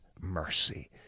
mercy